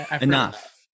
Enough